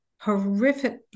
horrific